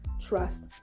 trust